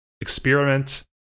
experiment